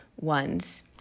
ones